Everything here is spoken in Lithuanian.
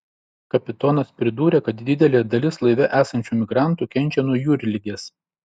kapitonas pridūrė kad didelė dalis laive esančių migrantų kenčia nuo jūrligės